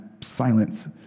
silence